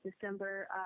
December